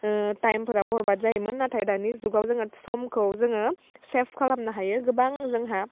ओह थाइमफोरा बरबाद जायोमोन नाथाय दानि जुगाव जोंहा समखौ जोङो सेफ खालामनो हायो गोबां जोंहा